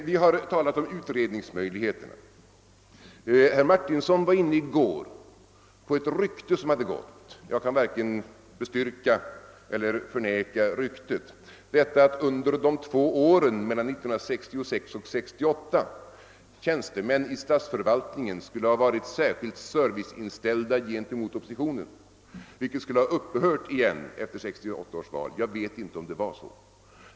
Vi har talat om utredningsmöjligheter. Herr Martinsson var i går inne på ett rykte som gått — jag kan varken bestyrka eller förneka ryktet — nämligen att under de två åren mellan 1966 och 1968 tjänstemän i statsförvaltningen skulle ha varit verkligt serviceinställda gentemot oppositionen men att detta skulle ha upphört efter 1968 års val. Jag vet inte om det är riktigt.